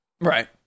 right